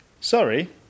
Sorry